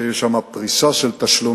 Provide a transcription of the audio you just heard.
שיש שם פריסה של תשלומים.